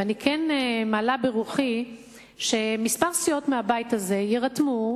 ואני כן מעלה ברוחי שכמה סיעות מהבית הזה יירתמו,